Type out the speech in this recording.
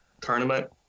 tournament